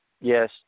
yes